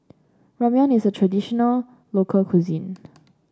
Ramyeon is a traditional local cuisine